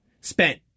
spent